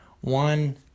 one